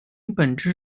本质